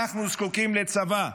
אנחנו זקוקים לצבא,